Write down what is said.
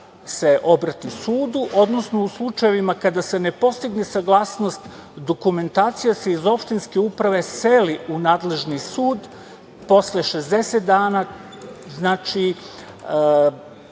se obrati sudu, odnosno u slučajevima kada se ne postigne saglasnost dokumentacija se iz opštinske uprave seli u nadležni sud. Posle 60 dana, znači